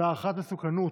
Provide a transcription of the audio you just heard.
והערכת מסוכנות,